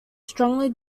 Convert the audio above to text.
strongly